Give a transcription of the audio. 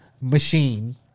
machine